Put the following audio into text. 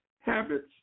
habits